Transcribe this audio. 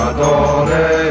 Adore